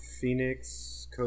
Phoenix